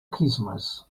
christmas